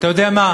ואתה יודע מה,